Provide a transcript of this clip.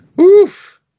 oof